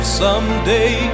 someday